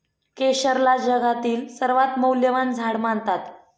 केशरला जगातील सर्वात मौल्यवान झाड मानतात